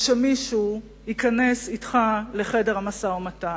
ושמישהו ייכנס אתך לחדר המשא-ומתן.